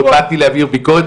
לא באתי להעביר ביקורת,